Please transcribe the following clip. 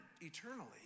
eternally